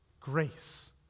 grace